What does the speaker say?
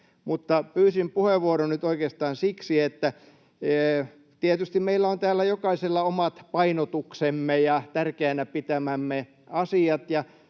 pyysin puheenvuoron nyt oikeastaan siksi, että tietysti meillä on täällä jokaisella omat painotuksemme ja tärkeänä pitämämme asiat.